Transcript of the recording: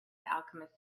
alchemist